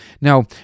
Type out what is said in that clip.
Now